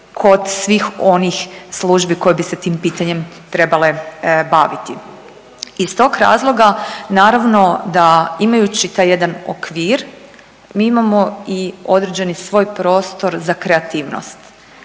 kod svih onih službi koje bi se tim pitanjem trebale baviti. Iz tog razloga naravno da imajući taj jedan okvir mi imamo i određeni svoj prostor za kreativnost,